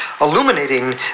illuminating